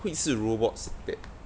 会是 robots that